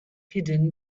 hidden